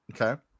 Okay